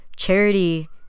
Charity